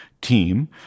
team